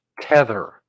tether